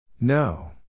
No